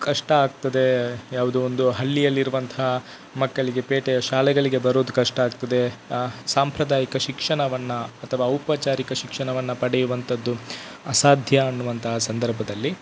ಕಷ್ಟ ಆಗ್ತದೆ ಯಾವುದೋ ಒಂದು ಹಳ್ಲಿಯಲ್ಲಿರುವಂತಹ ಮಕ್ಕಲಿಗೆ ಪೇಟೆಯ ಶಾಲೆಗಳಿಗೆ ಬರುದು ಕಷ್ಟ ಆಗ್ತದೆ ಸಾಂಪ್ರದಾಯಿಕ ಶಿಕ್ಷಣವನ್ನು ಅಥವಾ ಔಪಚಾರಿಕ ಶಿಕ್ಷಣವನ್ನು ಪಡೆಯುವಂತದ್ದು ಅಸಾಧ್ಯ ಅನ್ನುವಂತಹ ಸಂದರ್ಭದಲ್ಲಿ